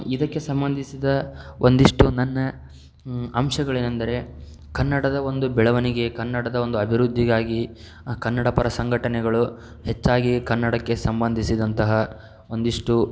ಇದಕ್ಕೆ ಸಂಬಧಿಸಿದ ಒಂದಿಷ್ಟು ನನ್ನ ಅಂಶಗಳೇನೆಂದರೆ ಕನ್ನಡದ ಒಂದು ಬೆಳವಣಿಗೆ ಕನ್ನಡದ ಒಂದು ಅಭಿವೃದ್ಧಿಗಾಗಿ ಕನ್ನಡ ಪರ ಸಂಘಟನೆಗಳು ಹೆಚ್ಚಾಗಿ ಕನ್ನಡಕ್ಕೆ ಸಂಬಂಧಿಸಿದಂತಹ ಒಂದಿಷ್ಟು